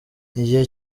igihe